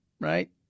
right